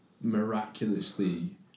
miraculously